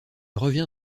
revient